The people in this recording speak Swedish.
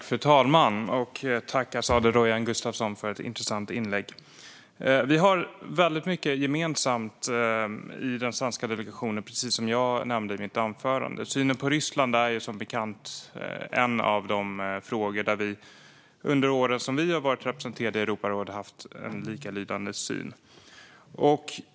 Fru talman! Jag tackar Azadeh Rojhan Gustafsson för ett intressant inlägg. Vi har mycket gemensamt i den svenska delegationen, precis som jag nämnde i mitt anförande. Synen på Ryssland är, som bekant, en av de frågor där vi under de år som vi har varit representerade i Europarådet har haft en likalydande syn.